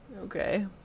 Okay